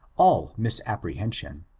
all misapprehension.